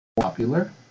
popular